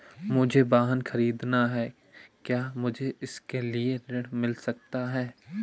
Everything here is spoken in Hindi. मुझे वाहन ख़रीदना है क्या मुझे इसके लिए ऋण मिल सकता है?